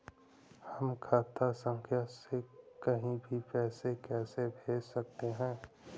हम खाता संख्या से कहीं भी पैसे कैसे भेज सकते हैं?